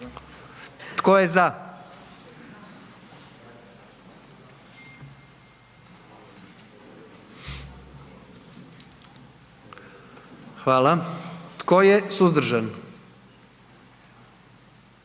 Tko je za? Hvala. Tko je suzdržan?